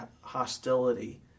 hostility